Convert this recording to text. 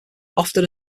often